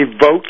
vote